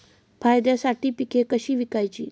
फायद्यासाठी पिके कशी विकायची?